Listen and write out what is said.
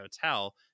hotel